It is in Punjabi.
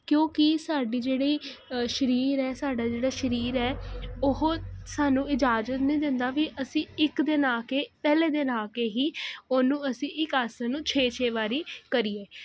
ਕਿਉਂਕੀ ਸਾਡੀ ਜਿਹੜੀ ਸ਼ਰੀਰ ਐ ਸਾਡਾ ਜਿਹੜਾ ਸ਼ਰੀਰ ਐ ਉਹ ਸਾਨੂੰ ਇਜਾਜਤ ਨੀ ਦਿੰਦਾ ਵੀ ਅਸੀਂ ਇੱਕ ਦਿਨ ਆ ਕੇ ਪਹਿਲੇ ਦਿਨ ਆ ਕੇ ਹੀ ਓਹਨੂੰ ਅਸੀਂ ਇੱਕ ਆਸਨ ਨੂੰ ਛੇ ਛੇ ਵਾਰੀ ਕਰੀਏ